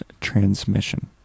Transmission